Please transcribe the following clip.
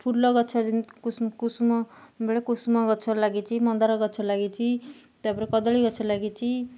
ଫୁଲ ଗଛ କୁସମ ବେଳେ କୁସୁମ ଗଛ ଲାଗିଛି ମନ୍ଦାର ଗଛ ଲାଗିଛି ତା'ପରେ କଦଳୀ ଗଛ ଲାଗିଛି